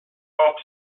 pop